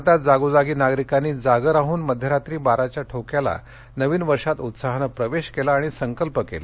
भारतात जागोजागी नागरिकांनी जागं राहून मध्यरात्री बाराच्या ठोक्याला नवीन वर्षात उत्साहाने प्रवेश केला आणि संकल्प केले